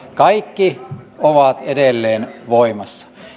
kaikki ovat edelleen voimassa